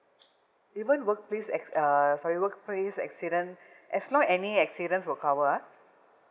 even workplace acci~ uh sorry workplace accident as long any accidents will cover ah